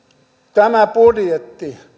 tämä budjetti